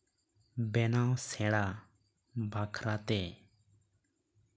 ᱵᱮᱱᱟᱣ ᱥᱮᱲᱟ ᱵᱟᱠᱷᱨᱟᱛᱮ